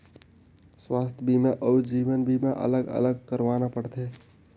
स्वास्थ बीमा अउ जीवन बीमा अलग अलग करवाना पड़थे?